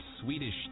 Swedish